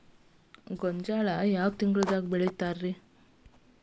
ಗೋಂಜಾಳ ಯಾವ ತಿಂಗಳದಾಗ್ ಬೆಳಿತಾರ?